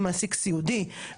את האפשרות לקבל גמלה.